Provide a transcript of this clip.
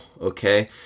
okay